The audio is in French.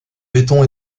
béton